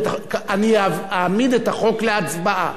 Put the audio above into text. אני אעמיד את החוק להצבעה.